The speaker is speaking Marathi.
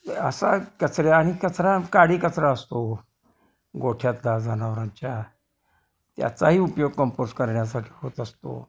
असा कचऱ्या आणि कचरा काडी कचरा असतो गोठ्यातला जनावरांच्या त्याचाही उपयोग कंपोज करण्यासाठी होत असतो